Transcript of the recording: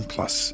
Plus